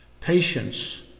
patience